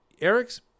Eric's